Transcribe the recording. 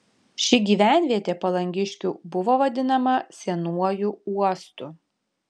ši gyvenvietė palangiškių buvo vadinama senuoju uostu